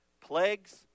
Plagues